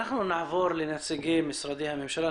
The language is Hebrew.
נעבור לנציגי משרדי הממשלה.